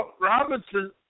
Robinson